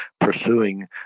pursuing